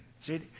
See